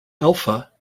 alpha